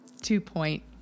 two-point